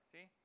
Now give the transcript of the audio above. See